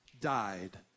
died